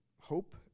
hope